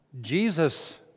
Jesus